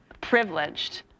Privileged